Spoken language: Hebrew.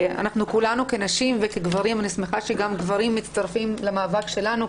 ואנחנו כולנו כנשים וכגברים אני שמחה שגם גברים מצטרפים למאבק שלנו,